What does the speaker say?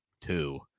two